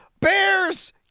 bears